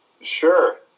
Sure